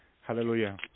Hallelujah